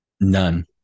None